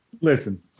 listen